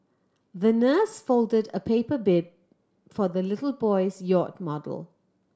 the nurse folded a paper bid for the little boy's yacht model